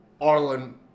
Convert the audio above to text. Arlen